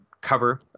cover